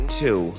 two